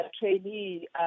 trainee